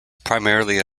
primarily